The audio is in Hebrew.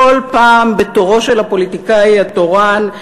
כל פעם בתורו של הפוליטיקאי התורן,